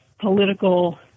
political